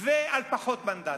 ועל פחות מנדטים.